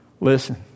listen